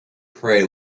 prey